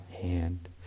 hand